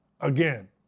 again